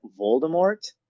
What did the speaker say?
Voldemort